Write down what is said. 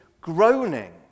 groaning